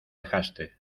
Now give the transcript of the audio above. dejaste